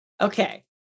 Okay